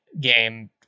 game